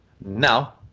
Now